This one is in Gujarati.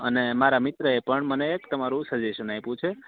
અને મારા મિત્ર એ પણ મને તમારું સજેશન આપ્યું છે